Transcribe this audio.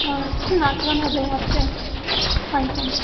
ও কিছু নাচ গান হবে রাত্রে ফাংশান